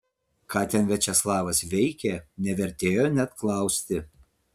ką ten viačeslavas veikė nevertėjo net klausti